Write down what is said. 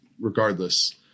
Regardless